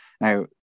Now